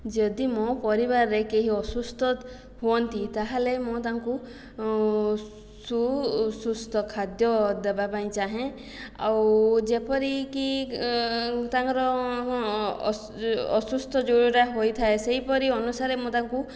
ଯଦି ମୋ' ପରିବାରରେ କେହି ଅସୁସ୍ଥ ହୁଅନ୍ତି ତା' ହେଲେ ମୁଁ ତାଙ୍କୁ ସୁ ସୁସ୍ଥ ଖାଦ୍ୟ ଦେବାପାଇଁ ଚାହେଁ ଆଉ ଯେପରିକି ତାଙ୍କର ଅସୁସ୍ଥ ଯେଉଁଟା ହୋଇଥାଏ ସେହିପରି ଅନୁସାରେ ମୁଁ ତାଙ୍କୁ